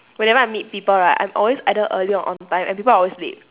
whenever I meet people right I'm always either early or on time and people are always late